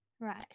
right